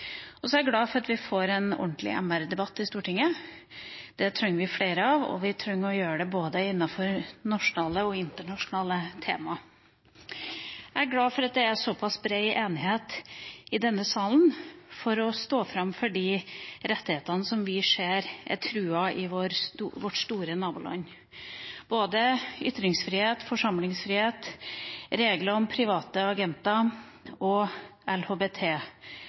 og symbol på et aktivt engasjement også når det gjelder menneskerettigheter. Jeg er også glad for at vi får en ordentlig MR-debatt i Stortinget. Det trenger vi flere av, og vi trenger å gjøre det innenfor både nasjonale og internasjonale tema. Jeg er glad for at det er såpass bred enighet i denne salen om å stå opp for de rettighetene som vi ser er truet i vårt store naboland: både ytringsfrihet, forsamlingsfrihet, regler om private agenter og